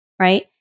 Right